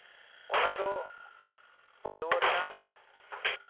ᱚᱱᱟᱫᱚ ᱯᱟᱺᱰᱣᱟᱹ ᱨᱮᱱᱟᱜ